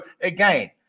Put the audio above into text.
again